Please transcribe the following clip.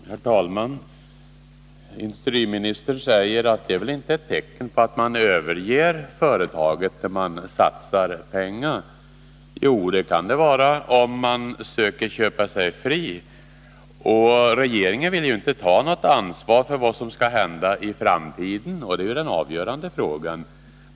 Herr talman! Industriministern säger att det är väl inget tecken på att man överger företaget när man satsar pengar. Jo, det kan det vara, om skälet är att man försöker köpa sig fri. Regeringen vill ju inte ta något ansvar för vad som skall hända i framtiden, och det är den avgörande frågan.